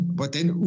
hvordan